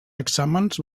exàmens